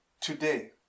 today